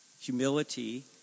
Humility